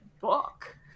book